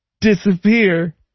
disappear